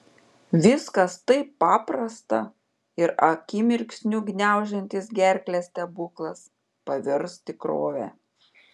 viskas taip paprasta ir akimirksniu gniaužiantis gerklę stebuklas pavirs tikrove